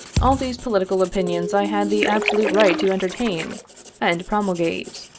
all these political opinions i had the absolute right to entertain and pro mulgate.